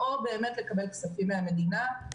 או לקבל כספים מהמדינה.